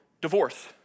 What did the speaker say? divorce